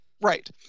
Right